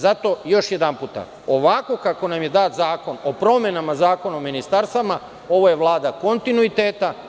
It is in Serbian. Zato, još jedanputa, ovako kako nam je dat zakon o promenama Zakona o ministarstvima, ovo je Vlada kontinuiteta.